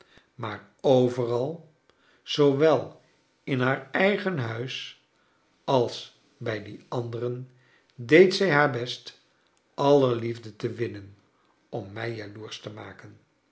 maar overal zoowel in haar eigen huis als bij die anderen deed zrj haar best aller liefde te winnen om mij jaloersch te maken